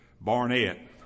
Barnett